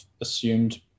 assumed